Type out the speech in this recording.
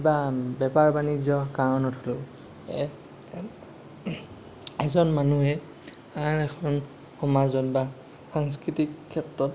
কিবা বেপাৰ বাণিজ্য কাৰণত হ'লেও এজন মানুহে আন এখন সমাজত বা সাংস্কৃতিক ক্ষেত্ৰত